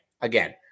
again